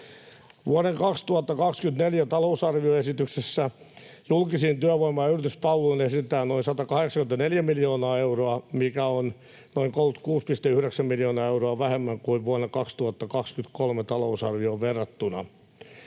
Vuoden 2024 talousarvioesityksessä julkisiin työvoima‑ ja yrityspalveluihin esitetään noin 184 miljoonaa euroa, mikä on noin 36,9 miljoonaa euroa vähemmän vuoden 2023 talousarvioon verrattuna.